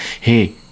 Hey